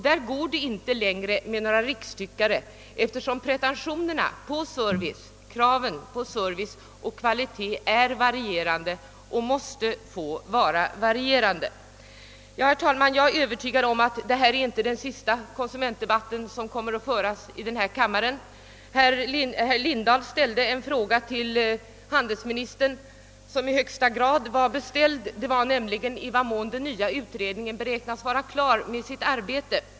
Där går det inte längre med några »rikstyckare», eftersom kra ven på service och kvalitet är varierande och måste få vara det. Herr talman! Jag är övertygad om att detta inte är den sista konsumentdebatten i denna kammare. Herr Lindahl ställde en fråga till handelsministern som i högsta grad var beställd, nämligen när den nya utredningen beräknas vara klar med sitt arbete.